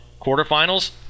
Quarterfinals